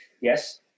Yes